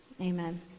Amen